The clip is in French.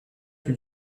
plus